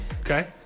Okay